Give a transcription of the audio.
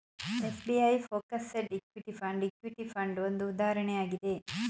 SBI focused equity fund, equity fund ಒಂದು ಉದಾಹರಣೆ ಆಗಿದೆ